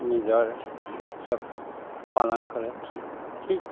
নিজৰ উৎসৱ পালন কৰে ঠিক